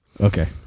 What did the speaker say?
okay